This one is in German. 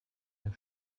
herr